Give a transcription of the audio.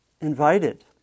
invited